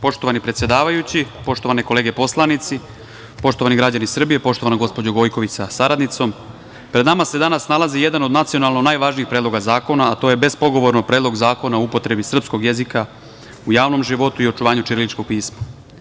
Poštovani predsedavajući, poštovane kolege poslanici, poštovani građani Srbije, poštovana gospođo Gojković sa saradnicom, pred nama se danas nalazi jedan od nacionalno najvažnijih predloga zakona, a to je bespogovorno Predlog zakona o upotrebi srpskog jezika u javnom životu i očuvanju ćiriličkog pisma.